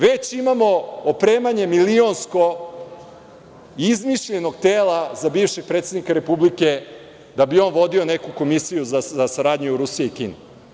Već imamo opremanje milionsko izmišljenog tela za bivšeg predsednika Republike, da bi on vodio neku komisiju za saradnju u Rusiji i Kini.